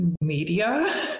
media